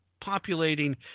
populating